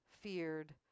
feared